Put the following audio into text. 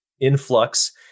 Influx